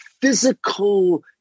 physical